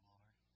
Lord